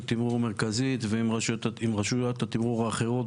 תמרור מרכזית ועם רשויות התמרור האחרות,